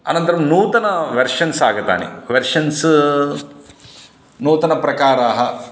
अनन्तरं नूतनानि वेर्षन्स् आगतानि वेर्षेन्स् नूतनप्रकाराणि